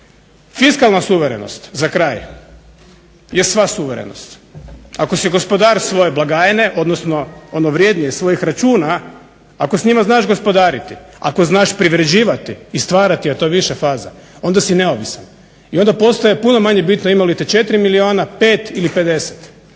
Fiskalna suverenost za kraj je sva suverenost. Ako si gospodar svoje blagajne, odnosno ono vrednije svojih računa, ako s njima znaš gospodariti, ako znaš privređivati i stvarati, a to je više faza onda si neovisan i onda postaje puno manje bitno ima li te 4 milijuna, 5 ili 50.